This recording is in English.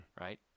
right